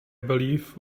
believe